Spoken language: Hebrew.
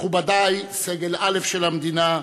מכובדי, סגל א' של המדינה,